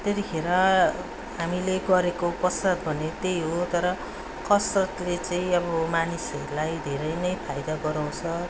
त्यतिखेर हामीले गरेको कसरत भन्ने त्यै हो तर कसरतले चै आबो मानिसहरूलाई धेरै नै फाइदा गराउँछ